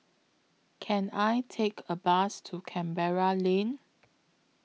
Can I Take A Bus to Canberra Lane